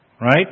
Right